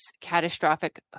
catastrophic